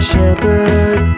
shepherd